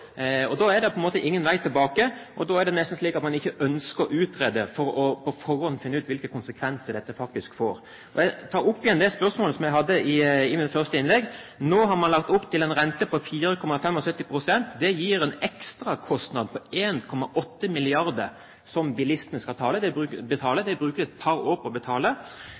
Da er det på en måte ingen vei tilbake, og da er det nesten slik at man ikke ønsker å utrede for på forhånd å finne ut hvilke konsekvenser dette faktisk får. Jeg tar opp igjen det spørsmålet som jeg hadde i mitt første innlegg: Nå har man lagt opp til en rente på 4,75 pst. Det gir en ekstrakostnad på 1,8 mrd. kr, som bilistene skal betale – de bruker et par år på å betale